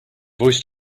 voice